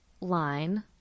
line